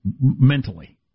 mentally